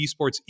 esports